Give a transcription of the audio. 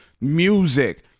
music